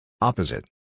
Opposite